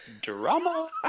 drama